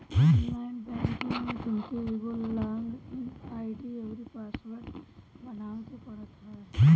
online banking में तोहके एगो लॉग इन आई.डी अउरी पासवर्ड बनावे के पड़त हवे